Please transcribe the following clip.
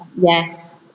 yes